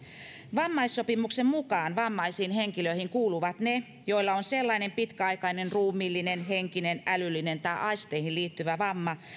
vammaissopimuksen mukaan vammaisiin henkilöihin kuuluvat ne joilla on sellainen pitkäaikainen ruumiillinen henkinen älyllinen tai aisteihin liittyvä vamma